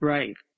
Right